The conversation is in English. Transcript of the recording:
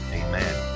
amen